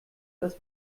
das